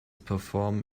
perform